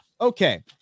okay